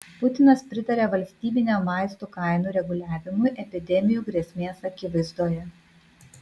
putinas pritarė valstybiniam vaistų kainų reguliavimui epidemijų grėsmės akivaizdoje